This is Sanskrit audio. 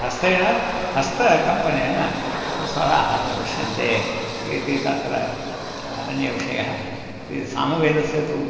हस्तेन हस्तकम्पनेन स्वराः प्रदर्शन्ते इति तत्र अन्य विषयः सामवेदस्य तु